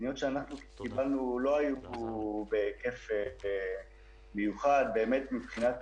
הפניות שקיבלנו לא היו בהיקף מיוחד מבחינת